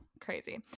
crazy